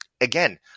again